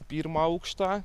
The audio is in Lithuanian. pirmą aukštą